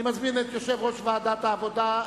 אני מזמין את יושב-ראש ועדת העבודה,